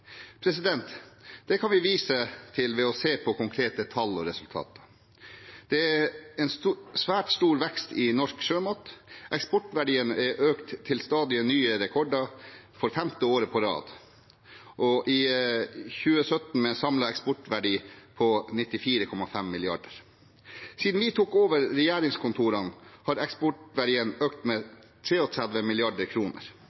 kan vi vise til ved å se på konkrete tall og resultater. Det er en svært stor vekst i norsk sjømat. Eksportverdien har økt til stadig nye rekorder for femte år på rad, i 2017 med samlet eksportverdi på 94,5 mrd. kr. Siden vi tok over regjeringskontorene, har eksportverdien økt